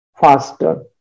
faster